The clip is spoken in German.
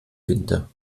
winter